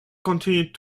continued